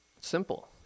Simple